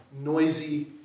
Noisy